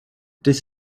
this